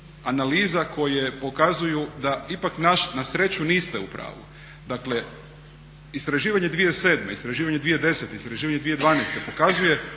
analiza koje pokazuju da ipak na sreću niste u pravu. Dakle, istraživanje 2007, istraživanje 2010., istraživanje 2012. pokazuje